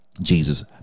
Jesus